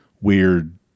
weird